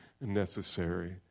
necessary